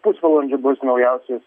pusvalandžio bus naujausi